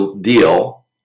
deal